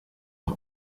auf